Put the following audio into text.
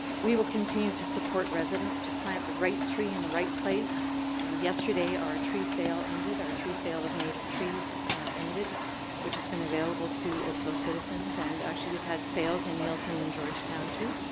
we will continue to support residents to plant the right tree in the right place and yesterday our tree sale ended, our tree sale of native trees ended which has been available to oakville citizens and the actually we've had sales in milton and georgetown, too.